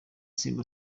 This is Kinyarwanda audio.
simba